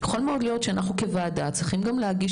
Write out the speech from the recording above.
יכול להיות שאנחנו כוועדה צריכים להגיש